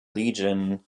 legion